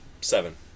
seven